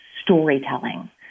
storytelling